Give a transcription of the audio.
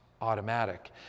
automatic